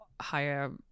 higher